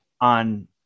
on